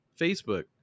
facebook